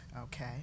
Okay